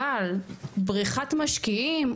אבל בריחת משקיעים,